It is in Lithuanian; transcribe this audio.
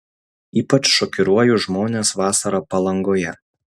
ypač šokiruoju žmones vasarą palangoje